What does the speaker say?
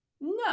no